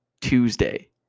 Tuesday